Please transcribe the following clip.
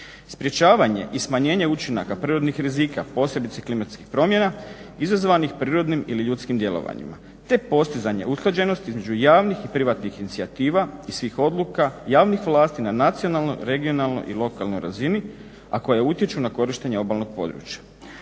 sprječavanje i smanjenje učinaka prirodnih rizika, posebice klimatskih promjena izazvanih prirodnim ili ljudskim djelovanjima te postizanje usklađenosti između javnih i privatnih inicijativa i svih odluka javnih vlasti na nacionalnoj, regionalnoj i lokalnoj razini, a koja utječu na korištenje obalnog područja.